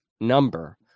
number